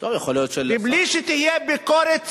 מבלי שתהיה ביקורת צמודה.